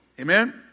Amen